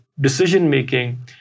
decision-making